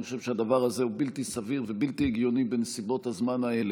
אני חושב שהדבר הזה הוא בלתי סביר ובלתי הגיוני בנסיבות הזמן האלה.